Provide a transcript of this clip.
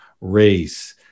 race